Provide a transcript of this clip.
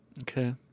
Okay